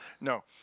No